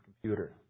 computer